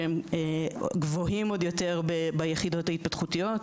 שהם גבוהים עוד יותר ביחידות ההתפתחותיות.